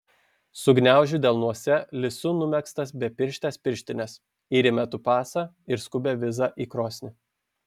sugniaužiu delnuose lisu numegztas bepirštes pirštines ir įmetu pasą ir skubią vizą į krosnį